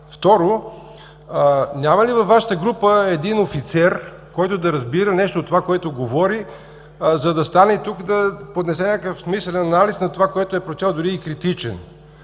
Второ – няма ли във Вашата група един офицер, който да разбира нещо от това, което говори, за да стане тук да поднесе някакъв смислен анализ на това, което е прочел, дори и критичен?